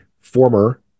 former